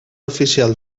oficial